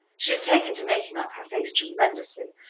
she's taken to making up her face tremendously,